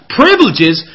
privileges